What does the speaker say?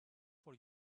for